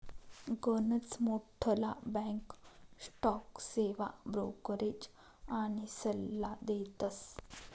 गनच मोठ्ठला bank stock सेवा ब्रोकरेज आनी सल्ला देतस